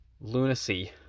lunacy